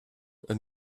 elles